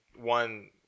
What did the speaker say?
one